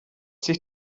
sich